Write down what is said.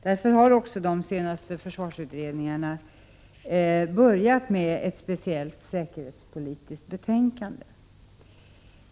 Därför har också de senaste försvarsutredningarna börjat med ett speciellt säkerhetspolitiskt betänkande.